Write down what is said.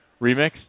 Remix